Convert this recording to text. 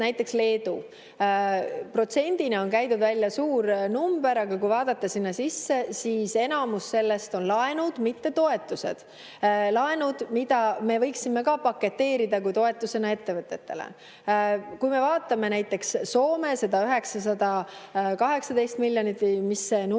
näiteks Leedu. Protsendina on välja käidud suur number, aga kui vaadata sinna sisse, siis enamus sellest on laenud, mitte toetused – laenud, mida me võiksime ka paketeerida toetusena ettevõtetele. Kui me vaatame näiteks Soome seda 918 miljonit või mis see number oli,